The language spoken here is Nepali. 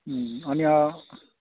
अनि अँ